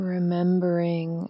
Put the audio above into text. Remembering